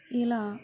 ఇలా